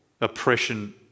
oppression